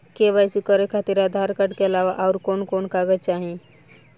KYC करे खातिर Aadhaar card के अलावा आउरकवन कवन कागज चाहीं?